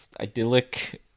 idyllic